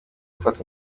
afata